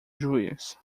juiz